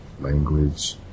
language